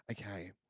Okay